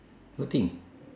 what thing